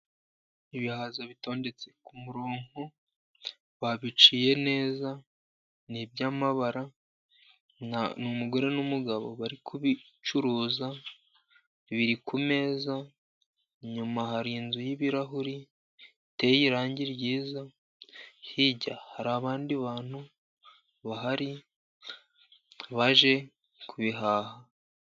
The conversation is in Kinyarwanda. Ibihaza bitondetse ku murongo babiciye neza ,ni iby'amabara, n'umugore n'umugabo bari kubicuruza biri ku meza, inyuma har'inzu y'ibirahuri iteye irangi ryiza, hirya hari abandi bantu bahari baje kubihaha.